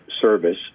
service